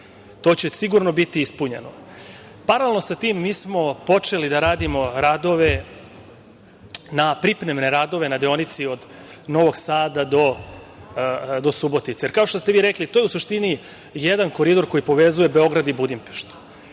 To će sigurno biti ispunjeno. Paralelno sa tim mi smo počeli da radimo pripremne radove na deonici od Novog Sada do Subotice, jer, kao što ste vi rekli, to je u suštini jedan koridor koji povezuje Beograd i Budimpeštu.